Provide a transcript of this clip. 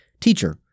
Teacher